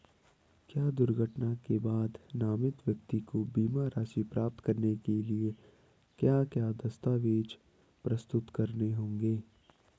क्या दुर्घटना के बाद नामित व्यक्ति को बीमा राशि प्राप्त करने के लिए क्या क्या दस्तावेज़ प्रस्तुत करने होंगे?